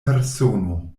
persono